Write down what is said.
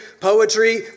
poetry